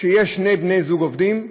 כשיש שני בני זוג עובדים,